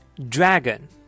Dragon